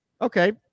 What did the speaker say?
Okay